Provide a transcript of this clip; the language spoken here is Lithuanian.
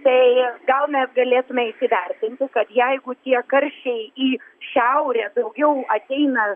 tai gal mes galėtume įsivertinti kad jeigu tie karščiai į šiaurę jau ateina